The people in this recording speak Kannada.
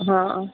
ಹಾಂ